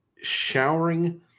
showering